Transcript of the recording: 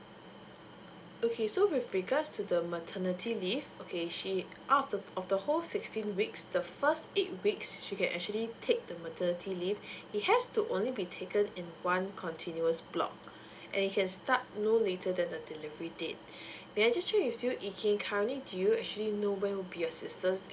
okay so with regards to the maternity leave okay she out of the of the whole sixteen weeks the first eight weeks she can actually take the maternity leave it has to only be taken in one continuous block you can start no later the delivery date may I just check with you yee keng currently do you actually know when will be your sisters